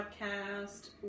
Podcast